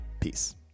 Peace